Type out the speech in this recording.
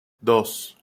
dos